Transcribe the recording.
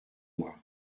moi